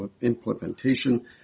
implementation